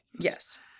Yes